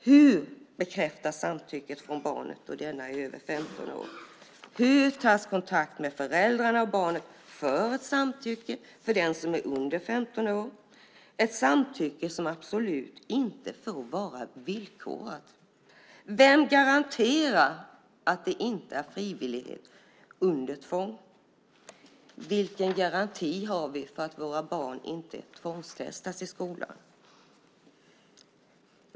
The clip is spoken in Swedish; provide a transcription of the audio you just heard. Hur bekräftas samtycket från barnet då det är över 15 år? Hur tas kontakt med föräldrarna och barnet för ett samtycke för den som är under 15 år? Det är ett samtycke som absolut inte får vara villkorat. Vem garanterar att det inte är frivillighet under tvång? Vilken garanti har vi för att våra barn inte tvångstestas i skolan?